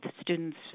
students